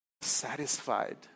satisfied